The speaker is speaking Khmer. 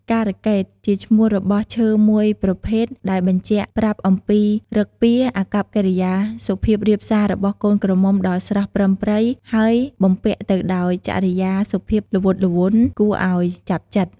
ការកេត ជាឈ្មោះរបស់ឈើមួយប្រភេទដែលបញ្ជាក់ប្រាប់អំពីឬកពារអាកប្បកិរិយាសុភាបរាបសាររបស់កូនក្រមុំដ៏ស្រស់ប្រិមប្រិយហើយបំពាក់ទៅដោយចរិយាសុភាពល្វតល្វន់ គួរឲ្យចាប់ចិត្ត។